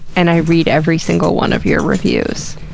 and i read every single one of your reviews.